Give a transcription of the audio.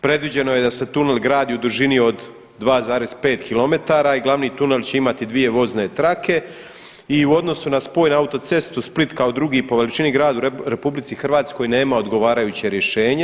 Predviđeno je da se tunel gradi u dužini od 2,5 km i glavni tunel će imati 2 vozne trake i u odnosu na spoj na autocestu Split kao drugi po veličini grad u RH nema odgovarajuće rješenje.